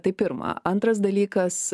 tai pirma antras dalykas